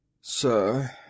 sir